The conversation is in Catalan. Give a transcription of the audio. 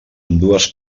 ambdues